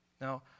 Now